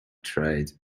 tried